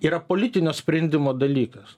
yra politinio sprendimo dalykas